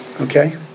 Okay